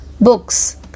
books